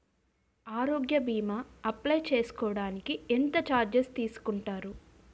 ఆరోగ్య భీమా అప్లయ్ చేసుకోడానికి ఎంత చార్జెస్ తీసుకుంటారు?